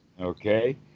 Okay